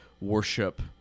worship